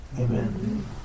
Amen